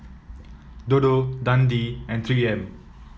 Dodo Dundee and Three M